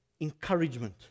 encouragement